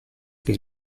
che